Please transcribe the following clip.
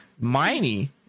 Miney